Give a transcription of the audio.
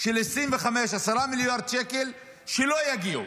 של 2025, 10 מיליארד שקל שלא יגיעו.